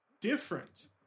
different